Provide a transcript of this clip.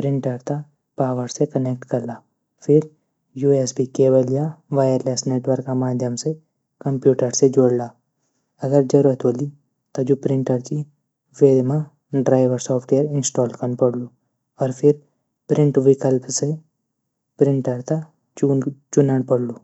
प्रिंटर तै पावर से क्नैकट कला। फिर यूसबी केबल या वायरलेस नेटवर्क माध्यम से कम्प्यूटर से जुडला। अगर जरूरत होली त जू प्रिटर च वेमा ड्राइवर सॉप्टवेयर इन्स्टॉल कन पौडलू। फिर प्रिंट विकल्प से प्रिंटर तै चुनण पौडलू।